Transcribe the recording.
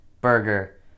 burger